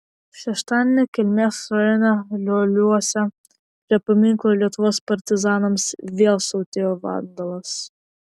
šeštadienį kelmės rajone lioliuose prie paminklo lietuvos partizanams vėl siautėjo vandalas